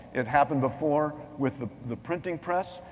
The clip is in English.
it happened before with the the printing press.